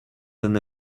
than